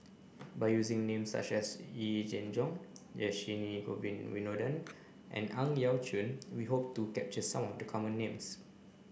by using names such as Yee Jenn Jong Dhershini Govin Winodan and Ang Yau Choon we hope to capture some of the common names